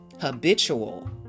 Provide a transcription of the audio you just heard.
habitual